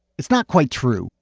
it's not quite true.